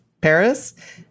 Paris